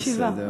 היא מקשיבה.